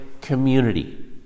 community